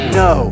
no